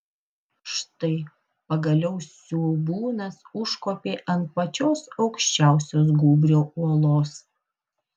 štai pagaliau siaubūnas užkopė ant pačios aukščiausios gūbrio uolos